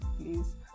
please